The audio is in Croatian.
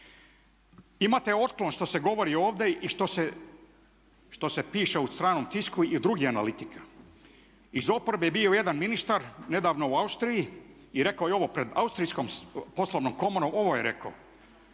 Imate otklon što se govori ovdje i što se piše u stranom tisku i drugih analitika. Iz oporbe je bio jedan ministar nedavno u Austriji i rekao je ovo pred austrijskom poslovnom komorom, ovo je rekao,